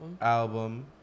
album